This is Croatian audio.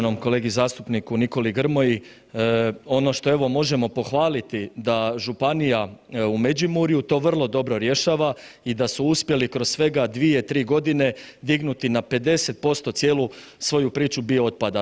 uvaženom kolegi zastupniku Nikoli Grmoji, ono što evo možemo pohvaliti da županija u Međimurju to vrlo dobro rješava i da su uspjeli kroz svega 2-3 godine dignuti na 50% cijelu svoju priču bio otpada.